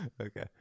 Okay